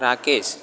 Rakesh